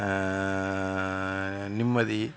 நிம்மதி